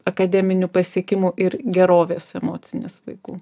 akademinių pasiekimų ir gerovės emocinės vaikų